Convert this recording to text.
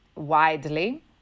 widely